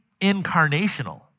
incarnational